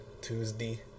Tuesday